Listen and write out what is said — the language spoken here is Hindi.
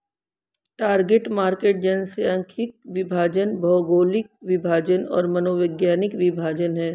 टारगेट मार्केट जनसांख्यिकीय विभाजन, भौगोलिक विभाजन और मनोवैज्ञानिक विभाजन हैं